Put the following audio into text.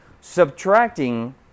Subtracting